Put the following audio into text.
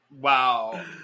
Wow